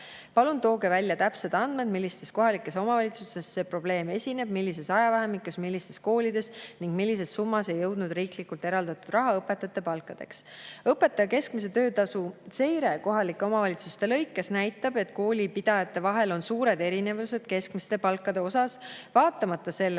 Palun tooge välja täpsed andmed, millistes kohalikes omavalitsustes see probleem esineb, millises ajavahemikus, millistes koolides ning millises summas ei jõudnud riiklikult eraldatud raha õpetajate palkadeks?" Õpetaja keskmise töötasu seire kohalike omavalitsuste lõikes näitab, et koolipidajate vahel on suured erinevused keskmiste palkade osas, vaatamata sellele,